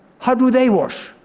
how do they wash?